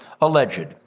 alleged